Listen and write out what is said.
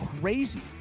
crazy